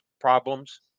problems